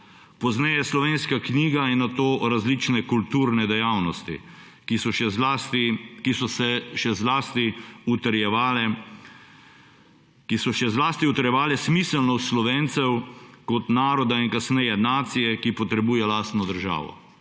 pozneje slovenska knjiga in nato različne kulturne dejavnosti, ki so še zlasti utrjevale smiselnost Slovencev kot naroda in kasneje nacije, ki potrebuje lastno državo.